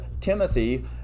Timothy